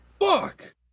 Fuck